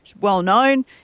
well-known